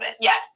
Yes